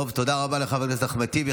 תודה רבה לחבר הכנסת אחמד טיבי.